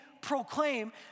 proclaim